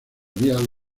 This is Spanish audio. vías